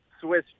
Swiss